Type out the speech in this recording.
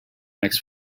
next